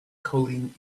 coding